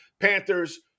Panthers